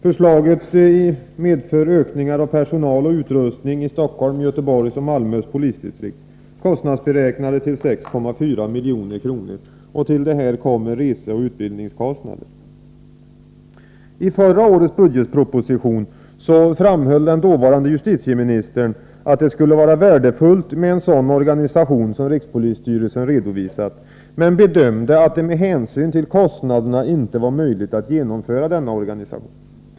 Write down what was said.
Förslaget medför ökningar av personal och utrustning i Stockholms, Göteborgs och Malmö polisdistrikt, kostnadsberäknade till 6,4 milj.kr. Till detta kommer reseoch utbildningskostnader. I förra årets budgetproposition framhöll dåvarande justitieministern att det skulle vara värdefullt med en sådan organisation som rikspolisstyrelsen redovisat, men han gjorde bedömningen att det med hänsyn till kostnaderna inte var möjligt att genomföra denna organisation.